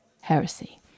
heresy